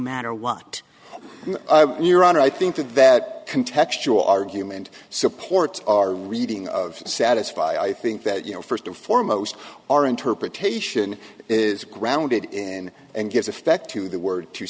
matter what your honor i think that that can textual argument supports our reading of satisfy i think that you know first and foremost our interpretation is grounded in and gives effect to the word to